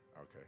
Okay